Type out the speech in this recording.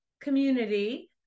community